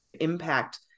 impact